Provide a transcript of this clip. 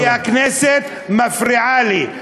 כי הכנסת מפריעה לי.